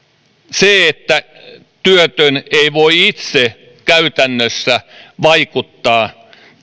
työtön ei voi itse käytännössä vaikuttaa